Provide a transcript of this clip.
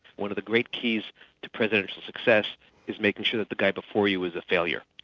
one of the great keys to presidential success is making sure that the guy before you is a failure,